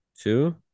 two